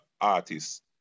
artists